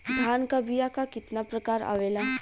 धान क बीया क कितना प्रकार आवेला?